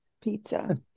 pizza